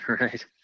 Right